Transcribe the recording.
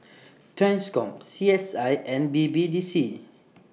TRANSCOM C S I and B B D C